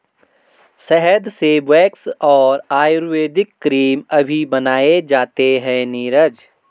शहद से वैक्स और आयुर्वेदिक क्रीम अभी बनाए जाते हैं नीरज